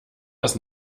das